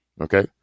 Okay